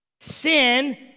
Sin